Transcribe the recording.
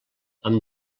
amb